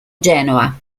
genoa